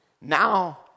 Now